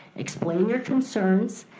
explain your concerns.